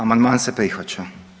Amandman se prihvaća.